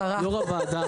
יו"ר הוועדה